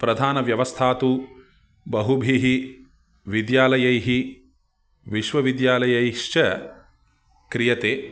प्रधानव्यवस्था तु बहुभिः विद्यालयैः विश्वविद्यालयैश्च क्रियते